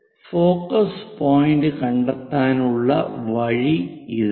focus point കണ്ടെത്താനുള്ള വഴി ഇതാണ്